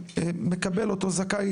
שמקבל אותו זכאי,